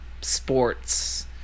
sports